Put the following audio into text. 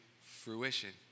fruition